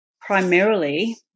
primarily